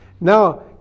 Now